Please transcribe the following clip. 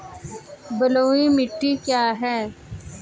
बलुई मिट्टी क्या है?